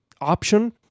option